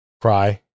cry